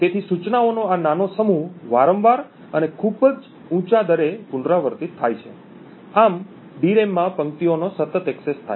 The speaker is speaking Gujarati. તેથી સૂચનાઓનો આ નાનો સમૂહ વારંવાર અને ખૂબ જ ઊંચા દરે પુનરાવર્તિત થાય છે આમ ડીરેમ માં પંક્તિઓનો સતત એક્સેસ થાય